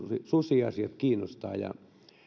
susiasiat kiinnostavat ja